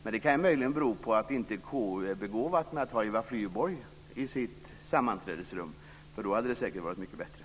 Men det kan möjligen bero på att konstitutionsutskottet inte är begåvat med att ha Eva Flyborg i sitt sammanträdesrum. Då hade det säkert varit mycket bättre.